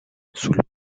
sul